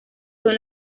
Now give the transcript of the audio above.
son